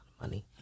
money